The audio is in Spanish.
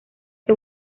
que